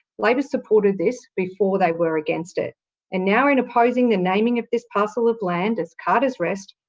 labor supported this before they were against it and now, in opposing the naming of this parcel of land as carter's rest,